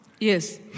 Yes